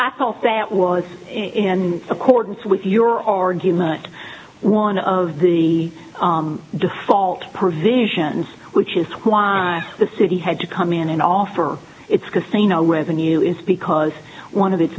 i thought that was in accordance with your argument one of the default provisions which is why the city had to come in and offer its casino revenue is because one of